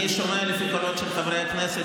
שומע את הקולות של חברי הכנסת,